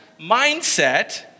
mindset